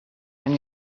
and